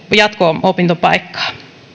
jatko opintopaikkaa